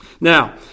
Now